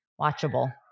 watchable